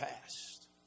past